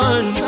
One